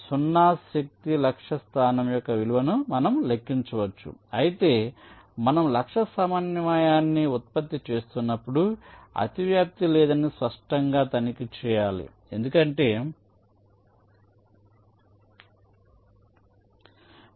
0 శక్తి లక్ష్య స్థానం యొక్క విలువను మనం లెక్కించవచ్చు అయితే మనము లక్ష్య సమన్వయాన్ని ఉత్పత్తి చేస్తున్నప్పుడు అతివ్యాప్తి లేదని స్పష్టంగా తనిఖీ చేయాలి ఎందుకంటే మీరు ఇప్పటికే ఆక్రమించిన లక్ష్య కోఆర్డినేట్ను ఉత్పత్తి చేస్తున్నారు